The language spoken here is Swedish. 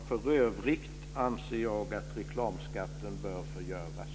För övrigt anser jag att reklamskatten bör förgöras.